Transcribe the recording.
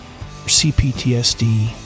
CPTSD